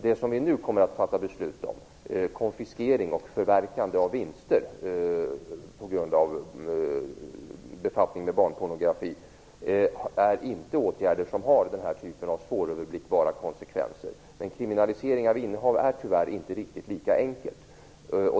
Det vi nu kommer att fatta beslut om - konfiskering och förverkande av vinster på grund av befattning med barnpornografi - är inte åtgärder som har den här typen av svåröverblickbara konsekvenser. En kriminalisering av innehav är tyvärr inte riktigt lika enkelt.